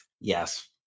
Yes